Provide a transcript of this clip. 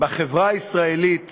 בחברה הישראלית